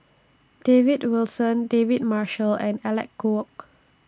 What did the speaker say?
David Wilson David Marshall and Alec Kuok